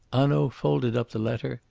hanaud folded up the letter,